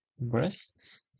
breasts